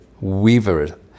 weaver